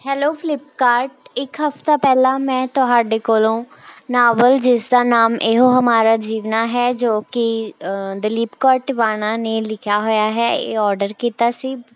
hello Flipkart ਇੱਕ ਹਫਤਾ ਪਹਿਲਾਂ ਮੈਂ ਤੁਹਾਡੇ ਕੋਲ਼ੋ ਨਾਵਲ ਜਿਸ ਦਾ ਨਾਮ ਇਹੋ ਹਮਾਰਾ ਜੀਵਨਾ ਹੈ ਜੋ ਕਿ ਦਲੀਪ ਕੌਰ ਟਿਵਾਣਾ ਨੇ ਲਿਖਿਆ ਹੋਇਆ ਹੈ ਇਹ ਆਰਡਰ ਕੀਤਾ ਸੀ